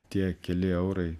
tie keli eurai